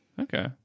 Okay